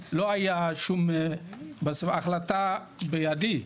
ההחלטה בידי.